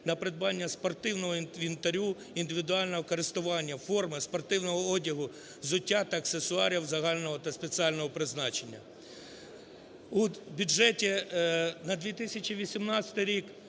на придбання спортивного інвентарю індивідуального користування: форми, спортивного одягу, взуття та аксесуарів загального та спеціального призначення. У бюджеті на 2018 рік